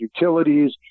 utilities